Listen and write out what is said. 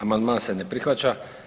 Amandman se ne prihvaća.